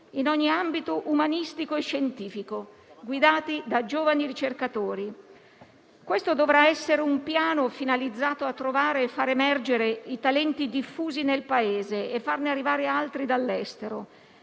in ogni ambito umanistico e scientifico, guidati da giovani ricercatori. Dovrà essere un piano finalizzato a trovare e far emergere i talenti diffusi nel Paese e farne arrivare altri dall'estero,